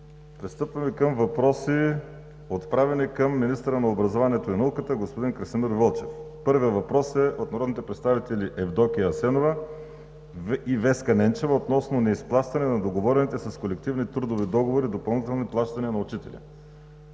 Пристъпваме към въпроси, отправени към министъра на образованието и науката господин Красимир Вълчев. Първият въпрос е от народните представители Евдокия Асенова и Веска Ненчева относно неизплащане на договорените с колективни трудови договори допълнителни плащания на учители.